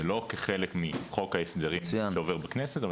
ולא כחלק מחוק ההסדרים שעובר בכנסת.